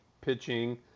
pitching